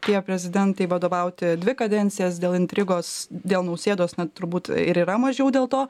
tie prezidentai vadovauti dvi kadencijas dėl intrigos dėl nausėdos na turbūt ir yra mažiau dėl to